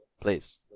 please